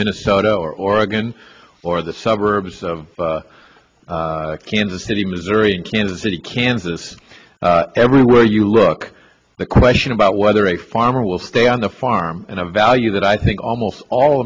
minnesota or oregon or the suburbs of kansas city missouri and kansas city kansas everywhere you look the question about whether a farmer will stay on the farm in a value that i think almost all